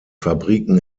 fabriken